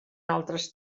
altres